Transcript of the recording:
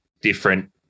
different